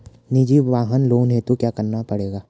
निजी वाहन लोन हेतु क्या करना पड़ेगा?